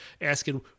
asking